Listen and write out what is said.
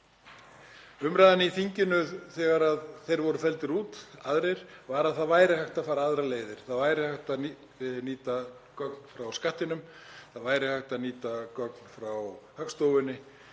Umræðan í þinginu þegar aðrir voru felldir út var á þá leið að það væri hægt að fara aðrar leiðir, það væri hægt að nýta gögn frá Skattinum, það væri hægt að nýta gögn frá Hagstofunni.